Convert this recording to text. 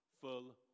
full